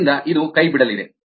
ಆದ್ದರಿಂದ ಇದು ಕೈಬಿಡಲಿದೆ